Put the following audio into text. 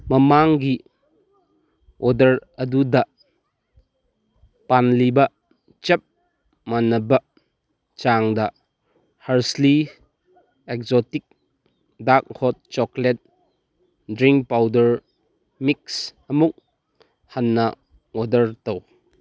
ꯃꯃꯥꯡꯒꯤ ꯑꯣꯗꯔ ꯑꯗꯨꯗ ꯄꯜꯂꯤꯕ ꯆꯞ ꯃꯥꯟꯅꯕ ꯆꯥꯡꯗ Hershey's exotic dark hot chocolate drink powder mix ꯑꯃꯨꯛ ꯍꯟꯅ ꯑꯣꯗꯔ ꯇꯧ